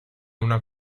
una